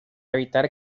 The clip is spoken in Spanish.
evitar